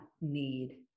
need